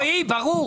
רועי, ברור.